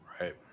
Right